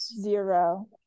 Zero